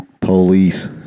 Police